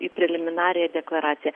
į preliminariąją deklaraciją